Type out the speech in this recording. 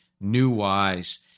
new-wise